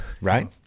Right